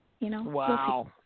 Wow